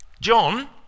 John